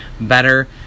better